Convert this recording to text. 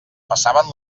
passaven